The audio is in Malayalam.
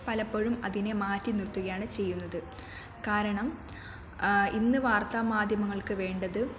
പലപ്പോഴും അതിനെ മാറ്റിനിർത്തുകയാണ് ചെയ്യുന്നത് കാരണം ഇന്ന് വാർത്താമാധ്യമങ്ങൾക്കു വേണ്ടത്